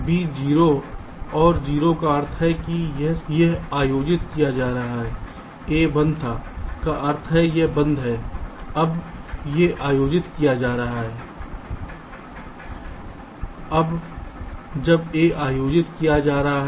तो B 0 और 0 का अर्थ है कि यह आयोजित किया जा रहा था A 1 था का अर्थ यह बंद है अब यह आयोजित कर रहा है अब जब A आयोजित कर रहा है